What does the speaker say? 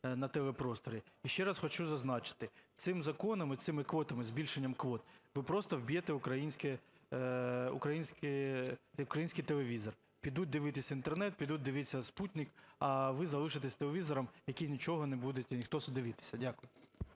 на ТВ-просторі. І ще раз хочу зазначити, цим законом і цими квотами, збільшенням квот, ви просто вб'єте український телевізор. Підуть дивитись Інтернет, підуть дивитись "спутник", а ви залишитесь з телевізором, який нічого не буде... ніхто дивитися. Дякую.